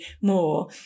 more